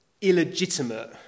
illegitimate